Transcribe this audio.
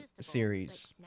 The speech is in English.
series